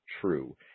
true